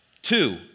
Two